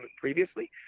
previously